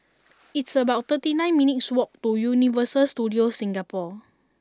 it's about thirty nine minutes' walk to Universal Studios Singapore